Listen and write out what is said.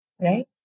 Right